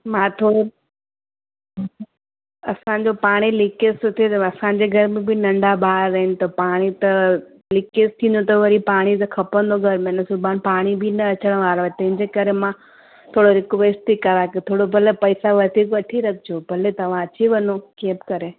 मां थोरो असांजो पाणी लीकेज थो थिए त असांजे घर में बि नंढा ॿार आहिनि त पाणी त लीकेज थींदो त वरी पाणी त खपंदो घर में न सुभाणे पाणी बि न अचणु वारो आहे तंहिंजे करे मां थोरो रिक्वेस्ट थी करा के थोरो भले पैसा वधीक वठी रखिजो भले तव्हां अची वञो कीअं बि करे